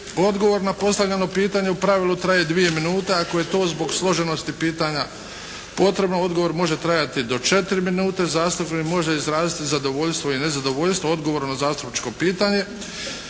Odgovor na postavljeno pitanje u pravilu traje dvije minute. Ako je to zbog složenosti pitanja potrebno, odgovor može trajati do četiri minute. Zastupnik može izraziti zadovoljstvo i nezadovoljstvo odgovorom na zastupničko pitanje